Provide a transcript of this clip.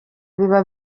biba